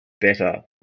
better